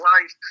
life